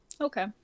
okay